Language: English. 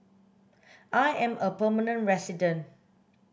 I am a permanent resident